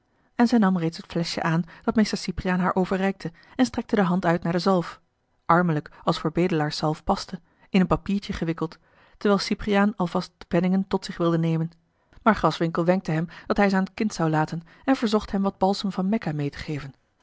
en zij nam reeds het fleschje aan dat mr cypriaan haar overreikte en strekte de hand uit naar de zalf armelijk als voor bedelaarszalf paste in een papiertje gewikkeld terwijl cypriaan al vast de penningen tot zich wilde nemen maar graswinckel wenkte hem dat hij ze aan t kind zou laten en verzocht hem wat balsem van mekka meê te geven